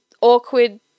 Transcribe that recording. awkward